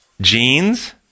genes